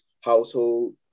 household